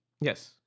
Yes